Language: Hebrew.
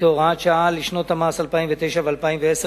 כהוראת שעה לשנות המס 2009 ו-2010,